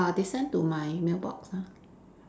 uh they send to my mailbox ah